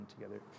together